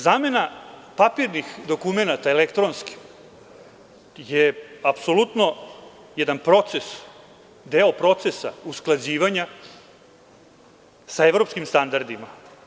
Zamena papirnih dokumenata elektronskim je apsolutno jedan proces, deo procesa usklađivanja sa evropskim standardima.